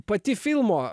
pati filmo